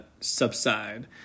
subside